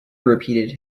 repeated